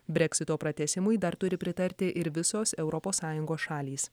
breksito pratęsimui dar turi pritarti ir visos europos sąjungos šalys